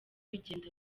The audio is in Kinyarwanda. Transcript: bigenda